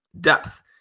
depth